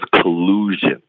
collusion